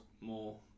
more